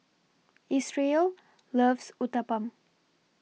Isreal loves Uthapam